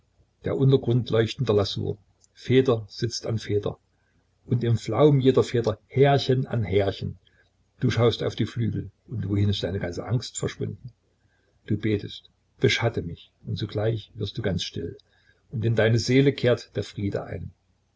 der untergrund leuchtender lasur feder sitzt an feder und im flaum jeder feder härchen an härchen du schaust auf die flügel und wohin ist deine ganze angst verschwunden du betest beschatte mich und sogleich wirst du ganz still und in deine seele kehrt der friede ein